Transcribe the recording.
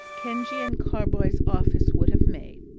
kenge and carboy's office would have made.